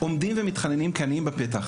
עומדים ומתחננים כעניים בפתח,